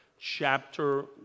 chapter